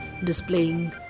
displaying